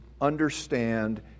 understand